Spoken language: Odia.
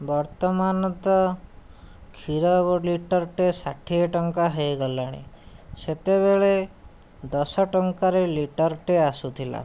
ବର୍ତ୍ତମାନ ତ କ୍ଷୀର ଲିଟର ଟିଏ ଷାଠିଏ ଟଙ୍କା ହୋଇଗଲାଣି ସେତେବେଳେ ଦଶ ଟଙ୍କାରେ ଲିଟରଟିଏ ଆସୁଥିଲା